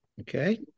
Okay